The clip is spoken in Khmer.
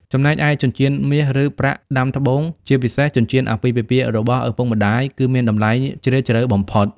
ចំណែកឯ ចិញ្ចៀនមាស ឬប្រាក់ដាំត្បូង ជាពិសេស ចិញ្ចៀនអាពាហ៍ពិពាហ៍របស់ឪពុកម្ដាយ គឺមានតម្លៃជ្រាលជ្រៅបំផុត។